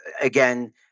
Again